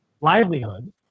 Livelihood